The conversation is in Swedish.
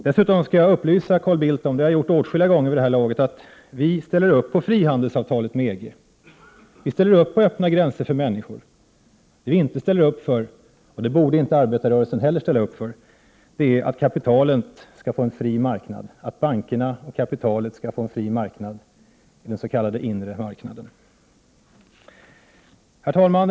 Dessutom skall jag upplysa Carl Bildt om att vi stöder frihandelsavtalet med EG, vilket jag har talat om för honom åtskilliga gånger. Vi tycker också om öppna gränser för människorna. Det vi inte stöder — och det borde inte heller arbetarrörelsen göra — är att bankerna och kapitalet skall få en fri marknad i den s.k. inre marknaden. Herr talman!